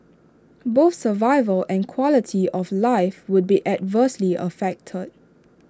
both survival and quality of life would be adversely affected